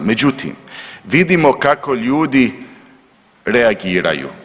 Međutim, vidimo kako ljudi reagiraju.